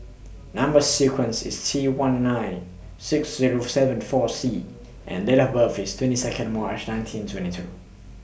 Number sequence IS T one nine six Zero seven four C and Date of birth IS twenty Second March nineteen twenty two